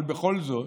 אבל בכל זאת,